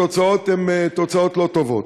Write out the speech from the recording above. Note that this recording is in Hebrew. התוצאות לא טובות.